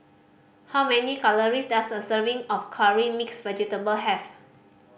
how many calories does a serving of Curry Mixed Vegetable have